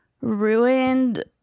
ruined